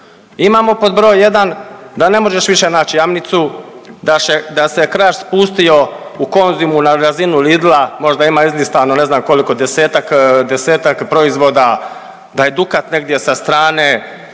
Imamo pod broj jedan da ne možeš više naći Jamnicu, da se Kraš spustio u Konzumu na razinu Lidla, možda ima izlistano ne znam koliko desetak proizvoda da je Dukat negdje sa strane